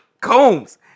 Combs